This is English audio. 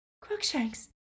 Crookshanks